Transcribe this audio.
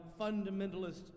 fundamentalist